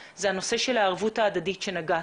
הנושא של הערבות ההדדית הוא הקו המנחה